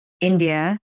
India